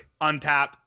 untap